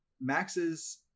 max's